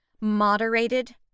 moderated